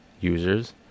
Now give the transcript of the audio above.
users